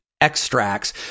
extracts